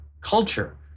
culture